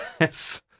Yes